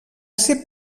ser